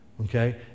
okay